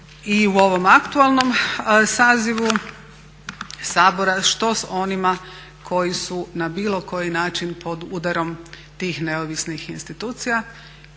i u ovom aktualnom sazivu Sabora, što s onima koji su na bilo koji način pod udarom tih neovisnih institucija,